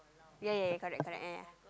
yea yea correct correct yea